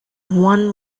one